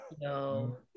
No